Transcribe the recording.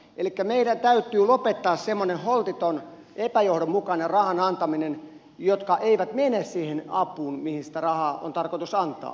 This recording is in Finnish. elikkä meidän täytyy lopettaa semmoinen holtiton epäjohdonmukainen rahan antaminen joka ei mene siihen apuun mihin sitä rahaa on tarkoitus antaa